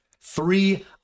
three